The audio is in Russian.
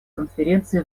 конференции